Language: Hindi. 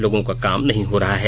लोगों का काम नहीं हो रहा है